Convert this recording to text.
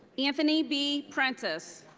anthony b. prentiss.